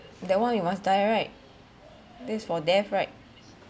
that one you must die right this for death right